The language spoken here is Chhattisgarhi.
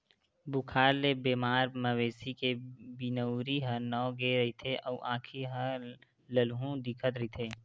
बुखार ले बेमार मवेशी के बिनउरी ह नव गे रहिथे अउ आँखी ह ललहूँ दिखत रहिथे